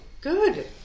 Good